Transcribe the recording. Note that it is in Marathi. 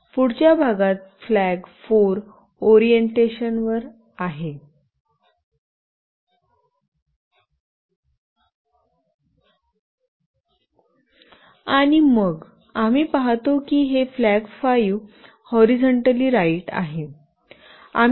पुढच्या भागात फ्लॅग 4 ओरिएंटेशनवर आहे आणि मग आम्ही पाहतो की हे फ्लॅग 5 हॉरीझॉन्टली राइट आहे